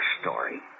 story